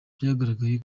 byagaragaye